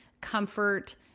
comfort